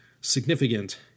significant